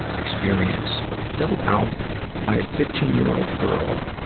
experience, filled out by a fifteen year old girl.